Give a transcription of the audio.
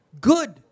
good